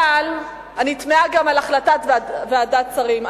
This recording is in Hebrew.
אבל אני תמהה גם על החלטת ועדת השרים,